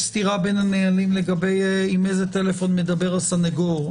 יש סתירה בין הנהלים לגבי עם איזה טלפון מדבר הסנגור.